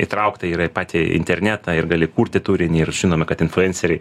įtraukta yra į patį internetą ir gali kurti turinį ir žinoma kad influenceriai